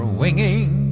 winging